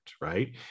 Right